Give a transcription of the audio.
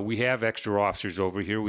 we have extra officers over here we